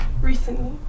recently